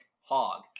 Hog